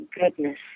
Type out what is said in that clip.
goodness